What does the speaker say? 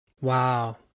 Wow